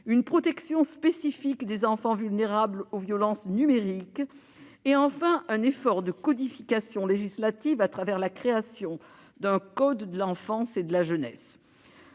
une protection spécifique des enfants vulnérables aux violences numériques et, enfin, un effort de codification législative, au travers de la création d'un code de l'enfance et de la jeunesse.